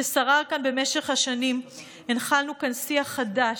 ששרר כאן במשך השנים, הנחלנו כאן שיח חדש,